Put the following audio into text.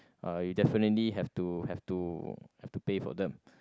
uh you definitely have to have to have to pay for them